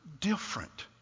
different